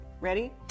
ready